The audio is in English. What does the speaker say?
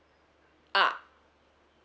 ah